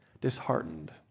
disheartened